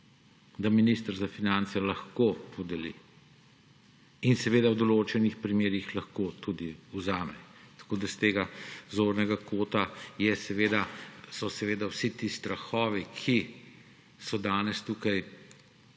da minister za finance lahko podeli. In seveda v določenih primerih lahko tudi vzame. Tako da s tega zornega kota so vsi ti strahovi, ki so danes tukaj